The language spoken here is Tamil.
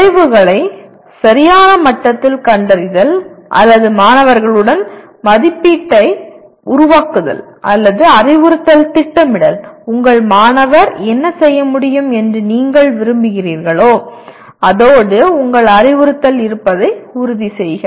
விளைவுகளை சரியான மட்டத்தில் கண்டறிதல் அல்லது முடிவுகளுடன் மதிப்பீட்டை உருவாக்குதல் அல்லது அறிவுறுத்தல் திட்டமிடல் உங்கள் மாணவர் என்ன செய்ய முடியும் என்று நீங்கள் விரும்புகிறீர்களோ அதோடு உங்கள் அறிவுறுத்தல் இருப்பதை உறுதிசெய்க